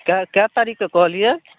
कै कै तारीखकऽ कहलियै